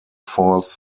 falls